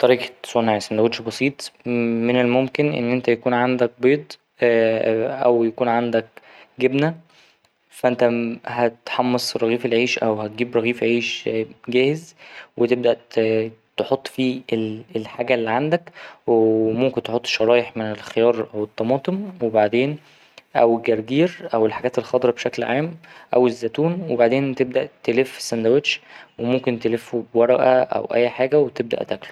طريقة صنع سندوتش بسيط من الممكن إن أنت يكون عندك بيض أو يكون عندك جبنة فا أنت هتحمص رغيف العيش او هتجيب رغيف عيش جاهز وتبدأ ت ـ تحط فيه ال ـ الحاجة اللي عندك وممكن تحط شرايح من الخيار أو الطماطم وبعدين ـ أو الجرجير أو الحاجات الخضرا بشكل عام أو الزتون وبعدين تبدأ تلف السندوتش وممكن تلفه بورقة أو أي حاجة وتبدأ تاكله.